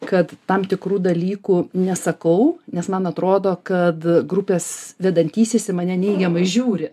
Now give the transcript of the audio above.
kad tam tikrų dalykų nesakau nes man atrodo kad grupės vedantysis į mane neigiamai žiūri